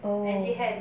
oh